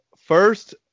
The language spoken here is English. first